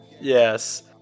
Yes